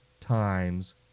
times